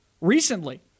recently